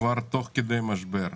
כבר תוך כדי משבר,